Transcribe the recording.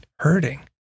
Hurting